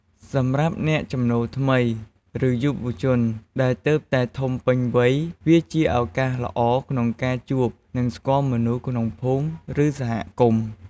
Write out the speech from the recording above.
សម្រាប់អ្នកចំណូលថ្មី ឬយុវជនដែលទើបតែធំពេញវ័យ វាជាឱកាសល្អក្នុងការជួប និងស្គាល់មនុស្សក្នុងភូមិ ឬសហគមន៍។